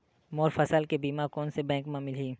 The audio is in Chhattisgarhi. मोर फसल के बीमा कोन से बैंक म मिलही?